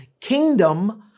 kingdom